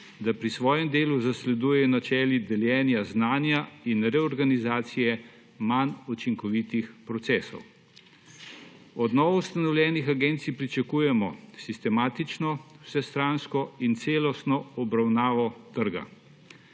da pri svojem delu zasledujejo načeli deljenja znanja in reorganizacije manj učinkovitih procesov. Od novoustanovljenih agencij pričakujemo sistematično, vsestransko in celostno obravnavo trga.